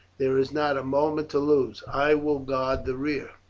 there is not a moment to lose. i will guard the rear.